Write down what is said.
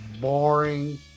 boring